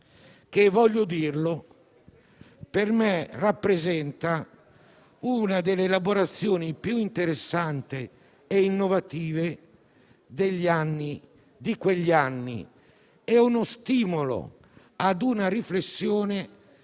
che - voglio dirlo - per me rappresenta una delle elaborazioni più interessanti e innovative di quegli anni e uno stimolo a una riflessione